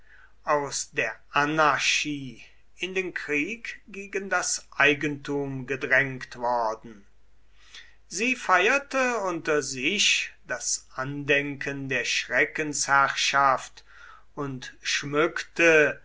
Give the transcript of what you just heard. aus der anarchie in den krieg gegen das eigentum gedrängt worden sie feierte unter sich das andenken der schreckensherrschaft und schmückte